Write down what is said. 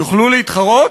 יוכלו להתחרות?